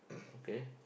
okay